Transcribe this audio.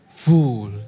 Fool